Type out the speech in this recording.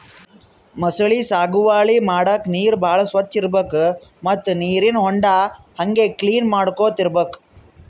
ಮೊಸಳಿ ಸಾಗುವಳಿ ಮಾಡದ್ದ್ ನೀರ್ ಭಾಳ್ ಸ್ವಚ್ಚ್ ಇರ್ಬೆಕ್ ಮತ್ತ್ ನೀರಿನ್ ಹೊಂಡಾ ಹಂಗೆ ಕ್ಲೀನ್ ಮಾಡ್ಕೊತ್ ಇರ್ಬೆಕ್